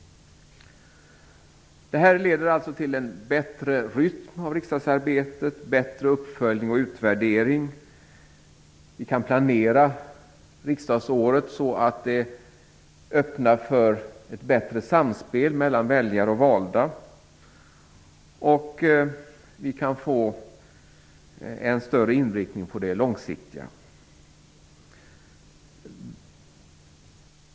Det här förslaget leder till en bättre rytm i riksdagsarbetet och en bättre uppföljning och utvärdering. Vi kan planera riksdagsåret så att det blir ett bättre samspel mellan väljare och valda. Vi kan få en bättre inriktning på det långsiktiga.